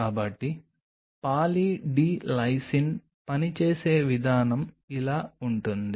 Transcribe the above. కాబట్టి poly D lysine పని చేసే విధానం ఇలా ఉంటుంది